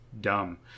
dumb